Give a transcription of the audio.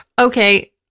Okay